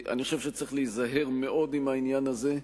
אני חושב שצריך להיזהר מאוד בעניין הזה.